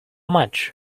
much